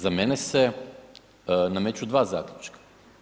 Za mene se nameću 2 zaključka.